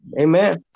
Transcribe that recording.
Amen